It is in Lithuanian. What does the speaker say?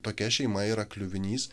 tokia šeima yra kliuvinys